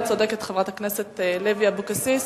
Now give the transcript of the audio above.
צודקת חברת הכנסת לוי אבקסיס.